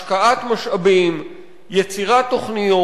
השקעת משאבים, יצירת תוכניות.